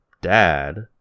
dad